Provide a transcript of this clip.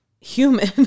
human